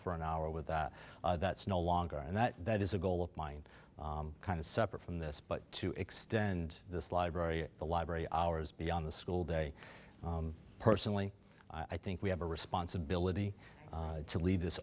for an hour with that that's no longer and that that is a goal of mine kind of separate from this but to extend this library at the library hours beyond the school day personally i think we have a responsibility to leave this